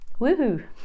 Woohoo